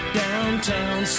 downtown